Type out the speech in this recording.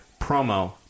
promo